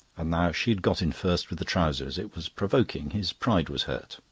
and now she had got in first with the trousers. it was provoking his pride was hurt.